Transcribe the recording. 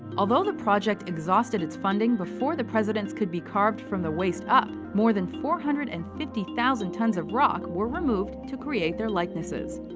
although the project exhausted its funding before the presidents could be carved from the waist-up, more than four hundred and fifty thousand tons of rock were removed to create their likenesses.